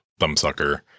Thumbsucker